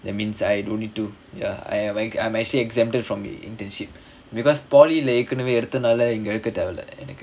that means I don't need to ya I I'm actually exempted from the internship because poly lah ஏற்கனவே எடுத்தனால இங்க எடுக்க தேவயில்ல எனக்கு:erkkanavae eduthanaala inga edukka thevayilla enakku